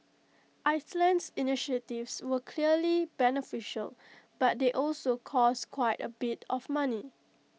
Iceland's initiatives were clearly beneficial but they also cost quite A bit of money